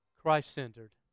Christ-centered